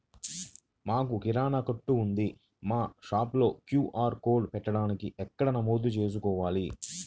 మాకు కిరాణా కొట్టు ఉంది మా షాప్లో క్యూ.ఆర్ కోడ్ పెట్టడానికి ఎక్కడ నమోదు చేసుకోవాలీ?